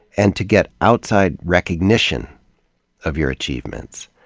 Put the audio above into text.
and to get outside recognition of your achievements.